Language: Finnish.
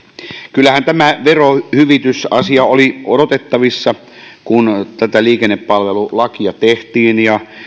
kyllähän tämä verohyvitysasia oli odotettavissa kun tätä liikennepalvelulakia tehtiin ja